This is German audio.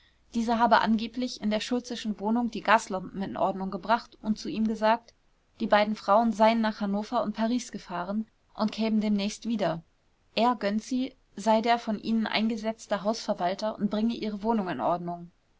dieser habe angeblich in der schultzeschen wohnung die gaslampen in ordnung gebracht und zu ihm gesagt die beiden frauen seien nach hannover und paris gefahren und kämen demnächst wieder er gönczi sei der von ihnen eingesetzte hausverwalter und bringe ihre wohnung in ordnung